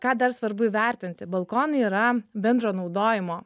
ką dar svarbu įvertinti balkonai yra bendro naudojimo